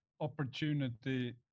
opportunity